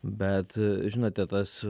bet žinote tas